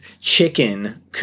Chicken